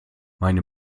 meine